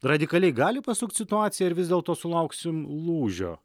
radikaliai gali pasukt situaciją ar vis dėlto sulauksim lūžio